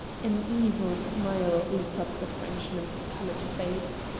an evil smile lit up the frenchman's pallid face.